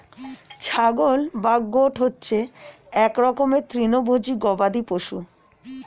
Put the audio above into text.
ছাগল বা গোট হচ্ছে এক রকমের তৃণভোজী গবাদি পশু